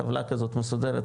טבלה כזאת מסודרת,